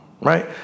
right